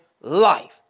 life